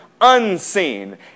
unseen